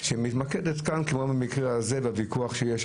שמתמקדת כאן, כמו במקרה הזה, בוויכוח שיש.